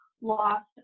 lost